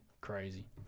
crazy